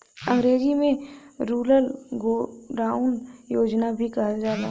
अंग्रेजी में rural godown योजना भी कहल जाला